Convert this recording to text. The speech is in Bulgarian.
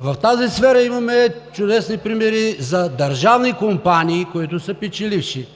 В тази сфера имаме чудесни примери за държавни компании, които са печеливши.